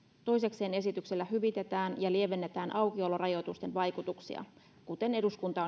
toisekseen esityksellä hyvitetään ja lievennetään aukiolorajoitusten vaikutuksia kuten eduskunta